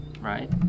Right